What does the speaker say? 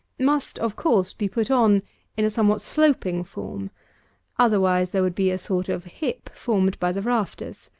must, of course, be put on in a somewhat sloping form otherwise there would be a sort of hip formed by the rafters.